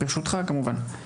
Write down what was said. ברשותך, כמובן: